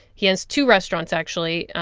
he has two restaurants, actually.